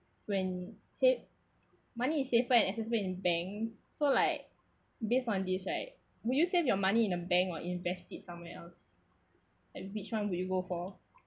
when save money is safer assessment in banks so like based on this right will you save your money in a bank or invest it somewhere else like which one would you go for